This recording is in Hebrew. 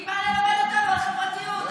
היא באה ללמד אותנו על חברתיות,